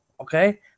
okay